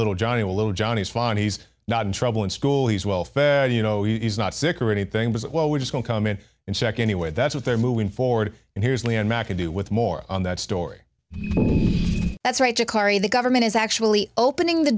little johnny's fine he's not in trouble in school he's welfare you know he's not sick or anything but well we just don't come in and check anyway that's what they're moving forward and here's leanne mcadoo with more on that story that's right to carry the government is actually opening the